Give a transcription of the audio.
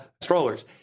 strollers